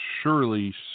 surely